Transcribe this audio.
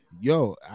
yo